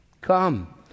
Come